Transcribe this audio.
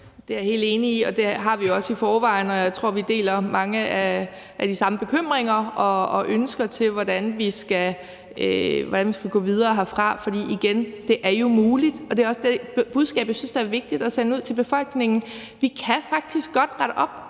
Det er jeg helt enig i, og det har vi jo også i forvejen, og jeg tror, vi deler mange af de samme bekymringer og ønsker til, hvordan vi skal gå videre herfra. For igen vil jeg sige: Det er jo muligt. Og det er også det budskab, jeg synes er vigtigt at sende ud til befolkningen: Vi kan faktisk godt rette op